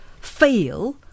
fail